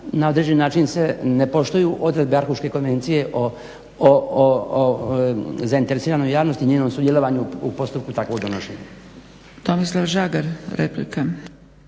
na određeni način se ne poštuje Arhuške konvencije o zainteresiranoj javnosti i njenom sudjelovanju u postupku takvog donošenja.